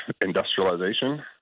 industrialization